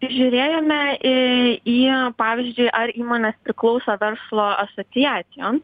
žiūrėjome į į pavyzdžiui ar įmonės klauso verslo asociacijom